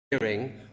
hearing